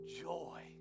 joy